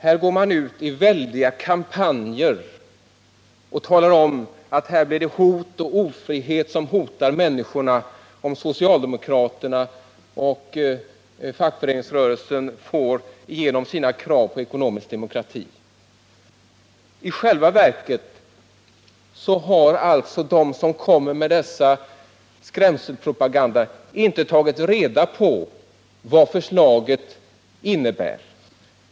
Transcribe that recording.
Man går här ut i väldiga kampanjer och talar om att det är hot och ofrihet som väntar människorna, om socialdemokraterna och fackföreningsrörelsen får igenom sina krav på ekonomisk demokrati. Men de som kommer med denna skrämselpropaganda har alltså i själva verket inte tagit reda på vad förslaget innebär.